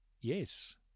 Yes